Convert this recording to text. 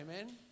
Amen